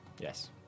Yes